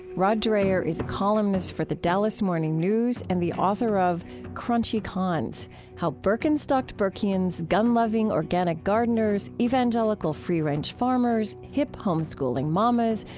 rod dreher is columnist for the dallas morning news and the author of crunchy cons how birkenstocked burkeans, gun-loving organic gardeners, evangelical free-range farmers, hip homeschooling mamas,